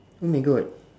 oh my god